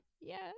Yes